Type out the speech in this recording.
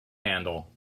handle